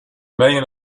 main